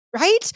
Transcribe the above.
right